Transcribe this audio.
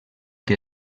que